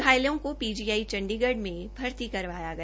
घायलों को पीजीआई चण्डीगढ में भर्ती किया गया